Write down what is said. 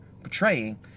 portraying